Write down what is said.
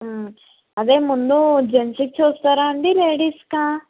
అదే ముందు జెంట్స్కి చూస్తారా అండి లేడీస్కా